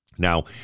Now